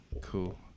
cool